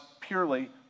purely